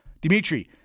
Dimitri